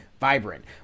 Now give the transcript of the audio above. Vibrant